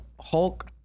Hulk